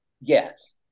yes